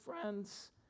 friends